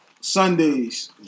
Sundays